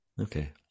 Okay